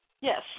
Yes